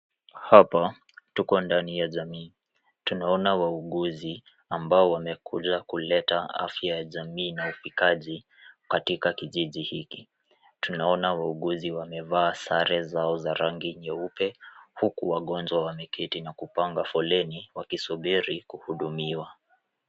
Hapa tuko ndani ya jamii. Tunaona wauguzi ambao wamekuja kuleta afya ya jamii na ufikaji katika kijiji hiki. Tunaona wauguzi wamevaa sare zao za rangi nyeupe huku wagonjwa wameketi na kupanga foleni wakisubiri kuhudumiwa.